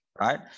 right